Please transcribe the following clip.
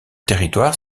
territoire